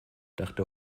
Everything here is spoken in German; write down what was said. dachte